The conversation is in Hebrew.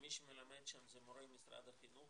שמי שמלמד שם זה מורי משרד החינוך,